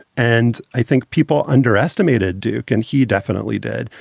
and i think people underestimated duke, and he definitely did.